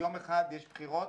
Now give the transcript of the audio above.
יום אחד יש בחירות,